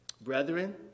Brethren